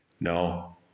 No